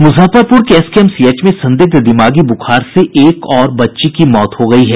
मुजफ्फरपुर के एसकेएमसीएच में संदिग्ध दिमागी बुखार से एक और बच्ची की मौत हो गयी है